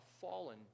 fallen